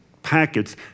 packets